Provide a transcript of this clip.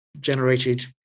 generated